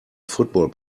football